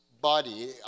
Body